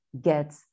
get